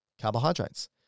carbohydrates